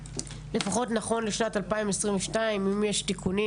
לפחות נכון לשנת 2022. אם יש תיקונים,